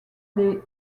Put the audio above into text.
des